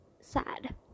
Sad